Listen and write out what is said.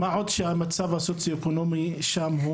מה עוד שהמצב הסוציו-אקונומי שם הוא